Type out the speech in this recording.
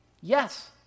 Yes